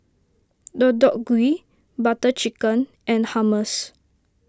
Deodeok Gui Butter Chicken and Hummus